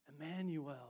Emmanuel